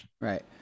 Right